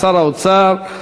שר האוצר,